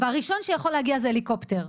והראשון שיכול להגיע זה הליקופטר,